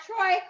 troy